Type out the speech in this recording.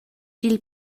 dil